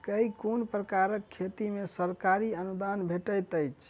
केँ कुन प्रकारक खेती मे सरकारी अनुदान भेटैत अछि?